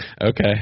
Okay